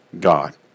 God